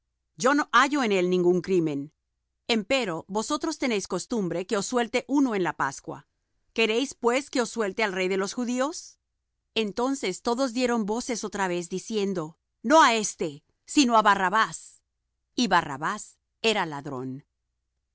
yo no hallo en él ningún crimen empero vosotros tenéis costumbre que os suelte uno en la pascua queréis pues que os suelte al rey de los judíos entonces todos dieron voces otra vez diciendo no á éste sino á barrabás y barrabás era ladrón